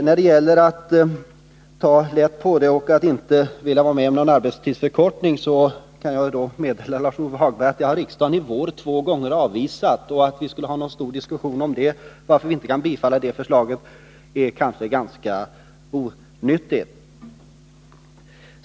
När det gäller att vi skulle ta lätt på dessa frågor och inte vilja gå med på någon arbetstidsförkortning, kan jag meddela Lars-Ove Hagberg att riksdagen två gånger i vår har avvisat sådana förslag. Att vi skulle föra en stor diskussion om detta bara därför att vi inte kan bifalla sådana förslag är ganska onödigt.